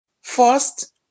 First